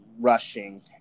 rushing